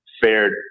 fared